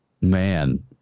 man